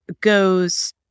goes